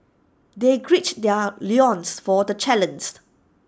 they gird their loins for the challenged